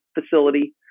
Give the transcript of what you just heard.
facility